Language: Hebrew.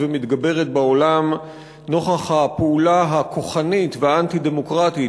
ומתגברת בעולם נוכח הפעולה הכוחנית והאנטי-דמוקרטית